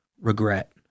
regret